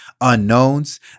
unknowns